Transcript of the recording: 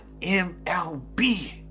mlb